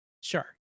Sure